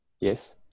Yes